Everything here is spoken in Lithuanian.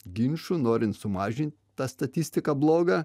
ginčų norint sumažint tą statistiką blogą